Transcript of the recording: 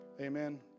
amen